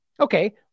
Okay